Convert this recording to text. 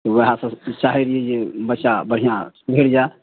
ओएह सभ चाहै रहियै जे बच्चा बढ़िआँ सुधरि जाए